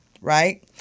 Right